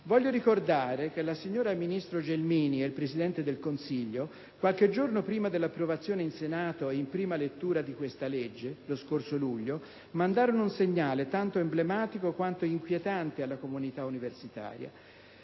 meriti. Ricordo che la signora ministro Gelmini e il Presidente del Consiglio, qualche giorno prima dell'approvazione in prima lettura in Senato di questo disegno di legge, lo scorso luglio, mandarono un segnale tanto emblematico quanto inquietante alla comunità universitaria.